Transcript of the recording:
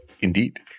indeed